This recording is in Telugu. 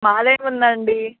మాదేముందండి